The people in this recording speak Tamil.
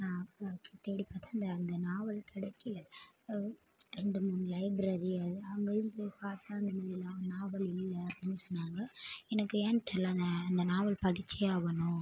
நான் ஓகே தேடிப்பார்த்தேன் அந்த அந்த நாவல் கிடைக்கல ரெண்டு மூணு லைப்ரரி அங்கேயும் போய் பார்த்தேன் அந்த அந்த நாவல் இல்லை அப்படின்னு சொன்னாங்க எனக்கு ஏன்னு தெரில அந்த அந்த நாவல் படித்தே ஆகணும்